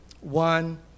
one